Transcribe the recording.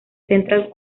central